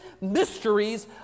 mysteries